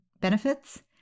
benefits